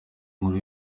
nkuru